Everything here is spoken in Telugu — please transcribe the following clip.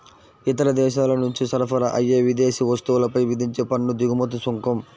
ఇతర దేశాల నుంచి సరఫరా అయ్యే విదేశీ వస్తువులపై విధించే పన్ను దిగుమతి సుంకం